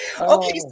Okay